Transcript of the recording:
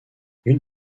une